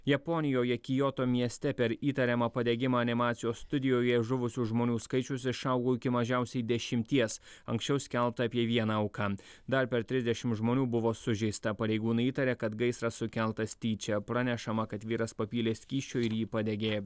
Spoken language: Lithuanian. japonijoje kioto mieste per įtariamą padegimą animacijos studijoje žuvusių žmonių skaičius išaugo iki mažiausiai dešimties anksčiau skelbta apie vieną auką dar per trisdešim žmonių buvo sužeista pareigūnai įtaria kad gaisras sukeltas tyčia pranešama kad vyras papylė skysčio ir jį padegė